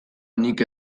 nik